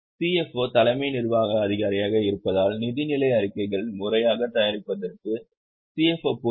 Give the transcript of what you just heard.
CFO தலைமை நிர்வாக அதிகாரியாக இருப்பதால் நிதிநிலை அறிக்கைகளை முறையாக தயாரிப்பதற்கு CFO பொறுப்பு